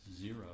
zero